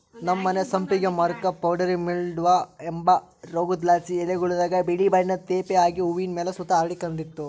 ನಮ್ಮನೆ ಸಂಪಿಗೆ ಮರುಕ್ಕ ಪೌಡರಿ ಮಿಲ್ಡ್ವ ಅಂಬ ರೋಗುದ್ಲಾಸಿ ಎಲೆಗುಳಾಗ ಬಿಳೇ ಬಣ್ಣುದ್ ತೇಪೆ ಆಗಿ ಹೂವಿನ್ ಮೇಲೆ ಸುತ ಹರಡಿಕಂಡಿತ್ತು